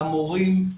למורים,